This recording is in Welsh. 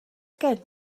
gen